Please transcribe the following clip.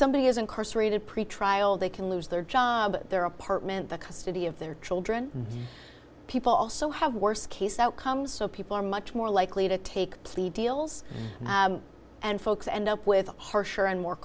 somebody is incarcerated pretrial they can lose their job their apartment the custody of their children people also have worst case outcomes so people are much more likely to take plea deals and folks end up with harsher and more